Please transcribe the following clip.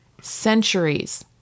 centuries